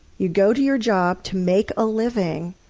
you go to your job to make a living,